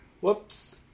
Whoops